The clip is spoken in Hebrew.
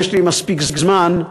יש לי מספיק זמן,